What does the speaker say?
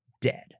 dead